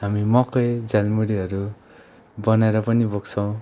हामी मकै झ्यालमुरीहरू बनाएर पनि बोक्छौँ